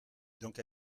donc